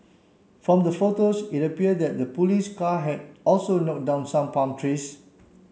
from the photos it appeared that the police car had also knock down some palm trees